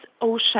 ocean